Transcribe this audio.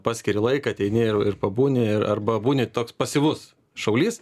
paskiri laiką ateini ir pabūni ir arba būni toks pasyvus šaulys